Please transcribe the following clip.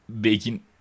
baking